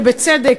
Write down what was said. ובצדק,